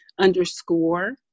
underscore